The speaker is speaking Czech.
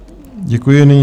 Děkuji.